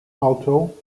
alto